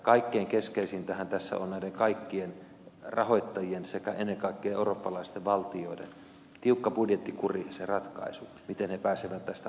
kaikkein keskeisintähän tässä on näiden kaikkien rahoittajien sekä ennen kaikkea eurooppalaisten valtioiden tiukka budjettikuri se ratkaisu miten ne pääsevät tästä asiasta eteenpäin